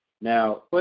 Now